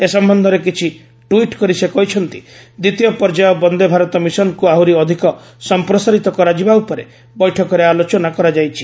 ଏ ସମ୍ଭନ୍ଧରେ କିଛି ଟ୍ୱିଟ୍ କରି ସେ କହିଛନ୍ତି ଦ୍ୱିତୀୟ ପର୍ଯ୍ୟାୟ ବନ୍ଦେ ଭାରତ ମିଶନ୍କୁ ଆହୁରି ଅଧିକ ସଂପ୍ରସାରିତ କରାଯିବା ଉପରେ ବୈଠକରେ ଆଲୋଚନା କରାଯାଇଛି